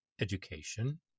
education